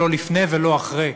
לא לפני ולא אחרי,